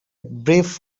brief